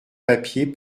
papier